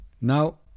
Now